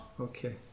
Okay